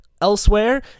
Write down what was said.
Elsewhere